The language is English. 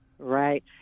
Right